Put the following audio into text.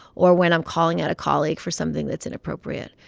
or when i'm calling out a colleague for something that's inappropriate.